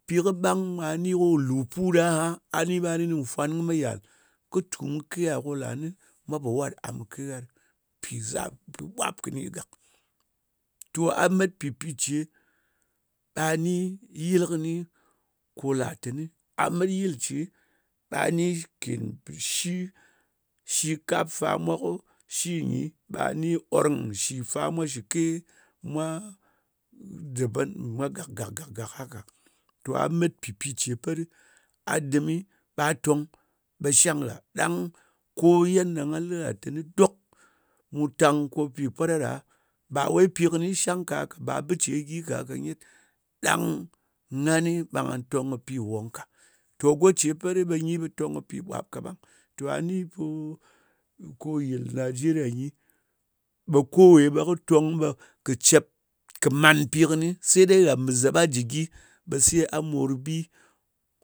Pi kɨ bang ɓa a ni ko lu pu a ha a li ɓa fwan kɨ yalikɨ tum kegha ko lanin mo pa wat am ni mi kegha ɗim pi zap kɨ bwap kɨni gak. To a mat pi pice ɓa a ni yilkɨni ko latini a mat yil ce ɓa a ni ken pishi, shi kap fa mwa ko shinyi, shi nyi ɓani horong shi fa mwa shike mwa deban gak, gak, gak, gak. Toh a mat pi pice pot, a ɗim ɗi, ɓa a tong, ɓa shang gha, dang ko yanda ghan li nya tani dok mutan ko pi pwana ɗa, ba wai pi kɨni shang ka ka, ba bice ɗi ka ka gyet ɗang gha ni ɓa gha ton pi won ka. Ton goce pat ɗɨ ghi, kɨ ton pi ɓwab ka ɓang. To a ni ko, ko yil nigeria nyi, ɗo kowai ɓa kɨ ton ɓa kɨ cep kɨ man pi kɨni sai dai gha mzap ji gyi sai a morbi